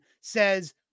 says